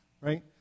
Right